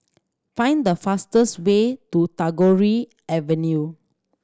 find the fastest way to Tagore Avenue